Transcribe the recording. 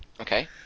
Okay